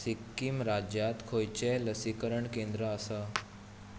सिक्किम राज्यांत खंयचेंय लसीकरण केंद्र आसा